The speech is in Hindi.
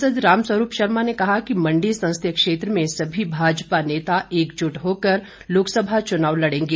सांसद रामस्वरूप शर्मा ने कहा कि मंडी संसदीय क्षेत्र में सभी भाजपा नेता एकजुट होकर लोकसभा चुनाव लड़ेगें